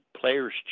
Players